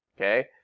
okay